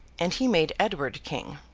and he made edward king.